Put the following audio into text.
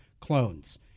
clones